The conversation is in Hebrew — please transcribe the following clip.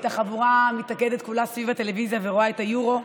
את החבורה מתלכדת כולה סביב הטלוויזיה ורואה את היורו.